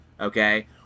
okay